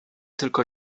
tylko